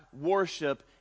worship